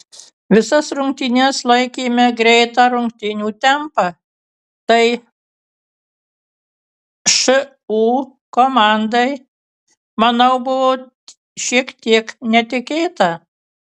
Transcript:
visas rungtynes laikėme greitą rungtynių tempą tai šu komandai manau buvo šiek tiek netikėta